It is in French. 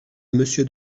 monsieur